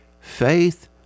faith